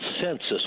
census